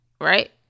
right